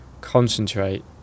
concentrate